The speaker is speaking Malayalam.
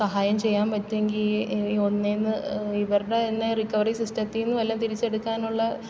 സഹായം ചെയ്യാന് പറ്റിയെങ്കിൽ ഈ ഒന്നേന്ന് ഇവരുടെ കയ്യിൽ നിന്ന് റിക്കവറി സിസ്റ്റത്തിൽ നിന്ന് വല്ലതും തിരിച്ചെടുക്കാനുള്ള